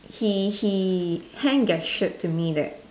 he he hand gestured to me that